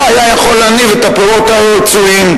היה יכול להניב את הפירות הרצויים.